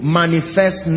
manifest